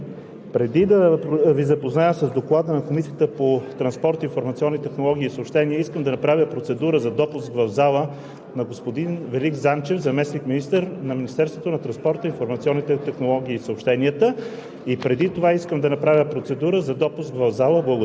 ДОКЛАДЧИК СТАНИСЛАВ ИВАНОВ: Благодаря, уважаема госпожо Председател. Уважаеми колеги, преди да Ви запозная с Доклада на Комисията по транспорт, информационни технологии и съобщения, искам да направя процедура за допуск в залата